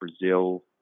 Brazil